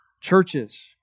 churches